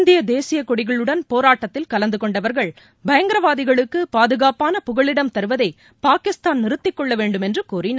இந்திய தேசியக்கொடிகளுடன் போராட்டத்தில் கலந்து கொண்டவர்கள் பயங்கரவாதிகளுக்கு பாதுகாப்பான புகலிடம் தருவதை பாகிஸ்தான் நிறுத்திகொள்ள வேண்டும் என்று கோரினர்